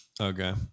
okay